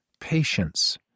patience